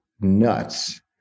nuts